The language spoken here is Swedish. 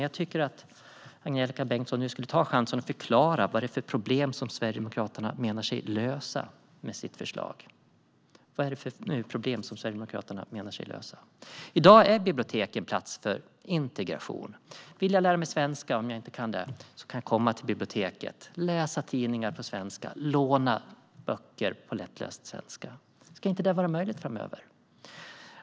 Jag tycker att Angelika Bengtsson nu borde ta chansen att förklara vad det är för problem som Sverigedemokraterna menar sig lösa med sitt förslag. Vad är det för problem som Sverigedemokraterna menar sig lösa? I dag är biblioteken en plats för integration. Om man inte kan svenska och vill lära sig det kan man komma till biblioteket, läsa tidningar på svenska och låna böcker på lättläst svenska. Ska inte det vara möjligt framöver?